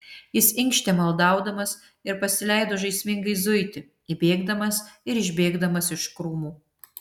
jis inkštė maldaudamas ir pasileido žaismingai zuiti įbėgdamas ir išbėgdamas iš krūmų